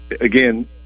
again